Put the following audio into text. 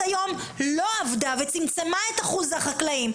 היום לא עבדה וצמצמה את אחוז החקלאים,